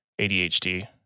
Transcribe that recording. ADHD